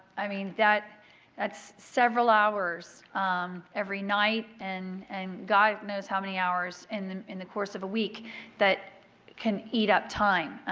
i mean that's several hours every night and god knows how many hours in in the course of a week that can eat up time.